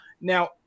Now